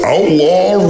Outlaw